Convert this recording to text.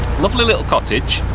lovely little cottage.